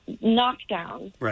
knockdown